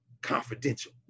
confidential